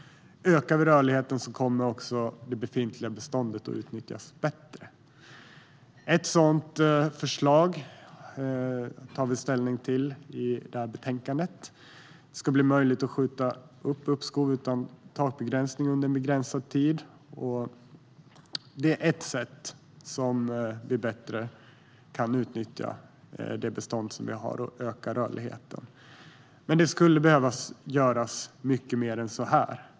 Ökar vi rörligheten kommer även det befintliga beståndet att utnyttjas bättre. Ett sådant förslag har vi att ta ställning till i dagens betänkande. Det ska bli möjligt att under en begränsad tid skjuta upp uppskov utan takbegränsning. Detta är ett sätt som gör att vi bättre kan utnyttja det bostadsbestånd som finns, och det gör att rörligheten ökar. Vi skulle dock behöva göra mer.